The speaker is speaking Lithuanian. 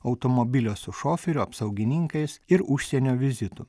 automobilio su šoferiu apsaugininkais ir užsienio vizitų